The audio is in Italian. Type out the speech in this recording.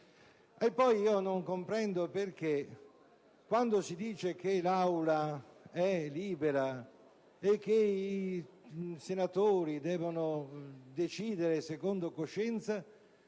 Poi, non comprendo perché, quando si afferma che l'Assemblea è libera e che i senatori devono decidere secondo coscienza,